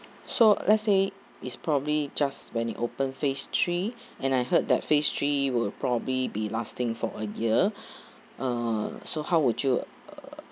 so let's say is probably just when it open phase three and I heard that phase three will probably be lasting for a year uh so how would you